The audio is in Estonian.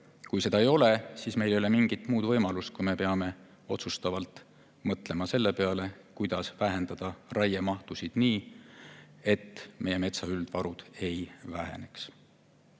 Kui seda ei ole, siis meil ei ole mingit muud võimalust, kui me peame otsustavalt mõtlema selle peale, kuidas vähendada raiemahtusid nii, et meie metsa üldvaru ei väheneks.